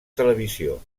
televisió